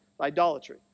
idolatry